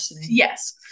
Yes